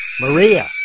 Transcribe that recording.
Maria